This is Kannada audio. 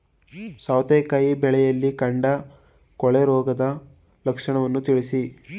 ಸೌತೆಕಾಯಿ ಬೆಳೆಯಲ್ಲಿ ಕಾಂಡ ಕೊಳೆ ರೋಗದ ಲಕ್ಷಣವನ್ನು ತಿಳಿಸಿ?